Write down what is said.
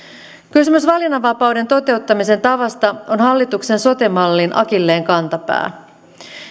kysymys valinnanvapauden toteuttamisen tavasta on hallituksen sote mallin akilleenkantapää